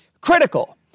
Critical